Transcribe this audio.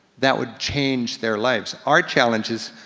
that would change their lives. our challenge is,